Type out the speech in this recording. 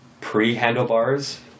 pre-handlebars